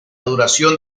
duración